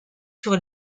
sur